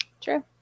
True